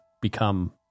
become